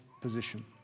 position